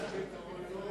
המשרד ואת האוטו,